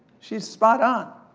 she's spot on,